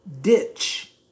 ditch